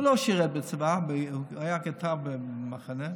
הוא לא שירת בצבא, היה כתב ב"במחנה".